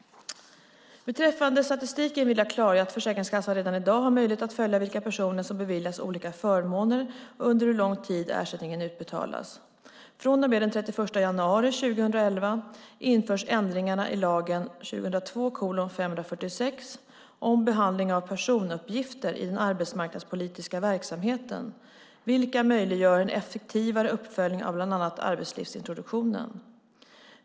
Beträffande statistiken vill jag klargöra att Försäkringskassan redan i dag har möjlighet att följa vilka personer som beviljas olika förmåner och under hur lång tid ersättning utbetalas. Från och med den 31 januari 2011 införs ändringar i lagen om behandling av personuppgifter i den arbetsmarknadspolitiska verksamheten, vilka möjliggör en effektivare uppföljning av bland annat arbetslivsintroduktionen.